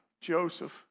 Joseph